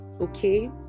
okay